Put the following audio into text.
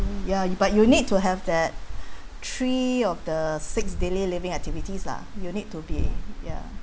ya but you need to have that three of the six daily living activities lah you need to be ya